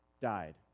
died